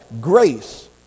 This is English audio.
grace